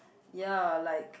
ya like